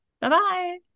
Bye-bye